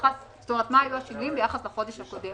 מה היו השינויים ביחס לחודש הקודם.